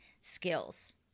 skills